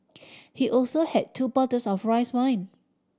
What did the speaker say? he also had two bottles of rice wine